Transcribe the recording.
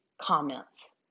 comments